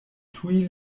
tuj